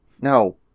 No